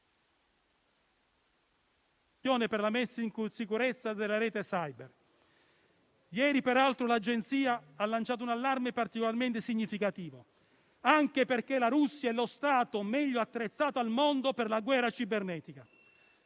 per la messa in sicurezza della rete *cyber*. Ieri, peraltro, l'Agenzia ha lanciato un allarme particolarmente significativo, anche perché la Russia è lo Stato meglio attrezzato al mondo per la guerra cibernetica.